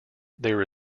there